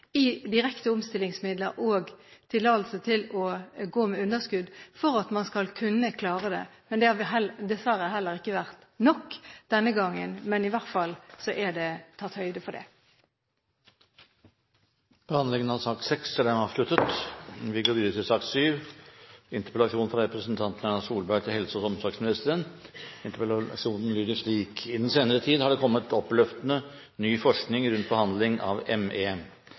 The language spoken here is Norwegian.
tillatelse til å gå med underskudd, for at man skal kunne klare det. Det har, dessverre, heller ikke vært nok denne gangen, men det er i hvert fall tatt høyde for det. Behandlingen av sak nr. 6 er dermed avsluttet. Å diskutere helsepolitikk kan gjøres fra forskjellige perspektiver. Ett perspektiv er de store sammenslåingene som vi nettopp har diskutert, et annet perspektiv er å se det